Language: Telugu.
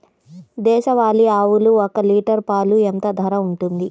దేశవాలి ఆవులు ఒక్క లీటర్ పాలు ఎంత ధర ఉంటుంది?